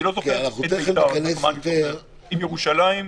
אני לא זוכר ספציפית --- עם ירושלים.